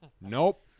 Nope